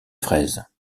fraises